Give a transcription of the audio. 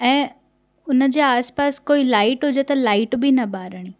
ऐं उन जे आसपास कोई लाइट हुजे त लाइट बि न ॿारणी